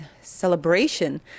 celebration